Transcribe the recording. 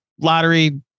lottery